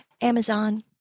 Amazon